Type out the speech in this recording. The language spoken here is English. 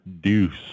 deuce